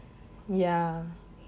ya